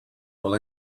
will